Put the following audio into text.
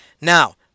Now